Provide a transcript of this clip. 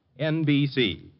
NBC